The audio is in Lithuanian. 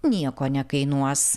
nieko nekainuos